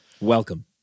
Welcome